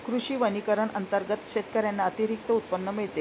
कृषी वनीकरण अंतर्गत शेतकऱ्यांना अतिरिक्त उत्पन्न मिळते